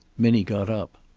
minnie got up.